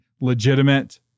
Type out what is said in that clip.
legitimate